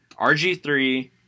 RG3